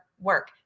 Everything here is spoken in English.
work